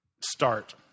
Start